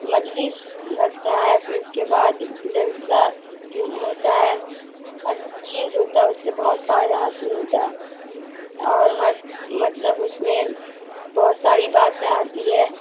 مجلس لگتا ہے پھر اس کے بعد جلسہ ہوتا ہے ہر چیز ہوتا ہے اس سے بہت فائدہ حاصل ہوتا ہے اور ہر مطلب اس میں بہت ساری باتیں آتی ہے